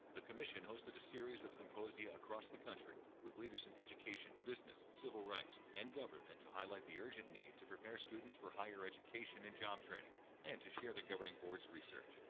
the commission hosted a series of symposia across the country with leaders in education, business, civil rights, and government to highlight the urgent need to prepare students for higher education and job training and to share the governing board's research.